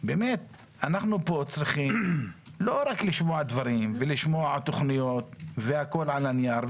אנחנו פה צריכים לא רק לשמוע דברים ותוכניות והכול על הנייר,